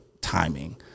timing